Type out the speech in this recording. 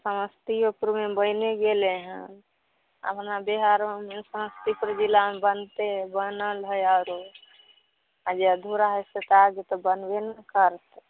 समस्तीओपुरमे बैने गेलै हन आब अपना बिहारोमे समस्तीपुर जिलामे बनतै बनल हइ आओरो आओर जे अधुरा हइ से तऽ आगे बनबे ने करतै